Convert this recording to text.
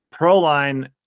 ProLine